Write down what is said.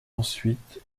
ensuite